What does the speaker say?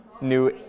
new